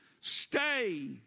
stay